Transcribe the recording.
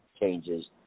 changes